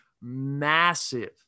massive